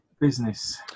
business